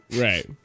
right